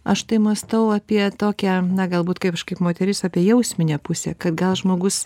aš tai mąstau apie tokią na galbūt kaip aš kaip moteris apie jausminę pusę kad gal žmogus